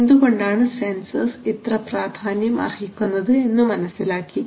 എന്തുകൊണ്ടാണ് സെൻസർസ് ഇത്ര പ്രാധാന്യം അർഹിക്കുന്നത് എന്നു മനസ്സിലാക്കി